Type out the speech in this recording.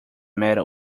matter